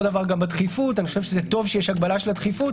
אותו דבר בדחיפות אני חושב שטוב שיש הגבלת הדחיפות.